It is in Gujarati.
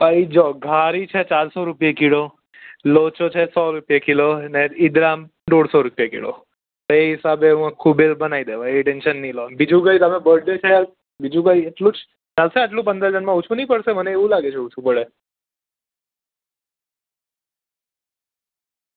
ભાઈ જો ઘારી છે ચારસો રૂપિયે કિલો લોચો છે સો રૂપિયે કિલો ને ઈદડા દોઢસો રૂપિયે કિલો એ હિસાબે હું આખું બિલ બનાવી દેવાય એ ટેન્શન નહીં લો બીજું કંઈ તમે બડે છે યાર બીજું કંઈ એટલું જ ચાલશે આટલું પંદર જણમાં ઓછું નહીં પડશે મને એવું લાગે ઓછું પડે